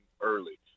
early